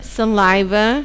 Saliva